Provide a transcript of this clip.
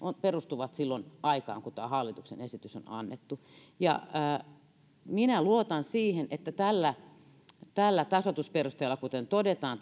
perustuvat silloin aikaan kun tämä hallituksen esitys on annettu minä luotan siihen että tällä nolla pilkku neljälläkymmenelläkahdella tasoitusperusteella kuten todetaan